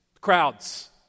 Crowds